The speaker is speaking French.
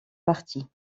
parties